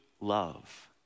love